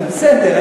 בסדר.